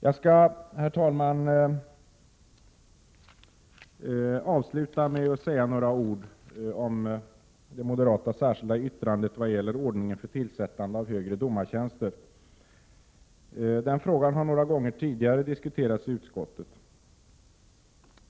Jag skall, herr talman, avsluta med att säga några ord om det moderata särskilda yttrandet när det gäller ordningen för tillsättande av högre domartjänster. Den frågan har diskuterats i utskottet några gånger tidigare.